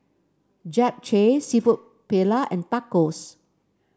Japchae seafood Paella and Tacos